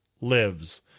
lives